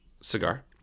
cigar